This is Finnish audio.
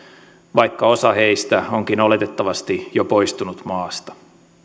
vaikka osa heistä onkin oletettavasti jo poistunut maasta